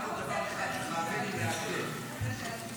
רק עוד דבר אחד --- אנחנו נמצאים